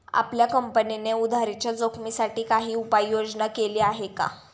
आपल्या कंपनीने उधारीच्या जोखिमीसाठी काही उपाययोजना केली आहे का?